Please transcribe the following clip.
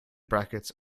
brackets